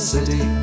City